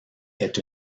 est